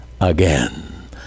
again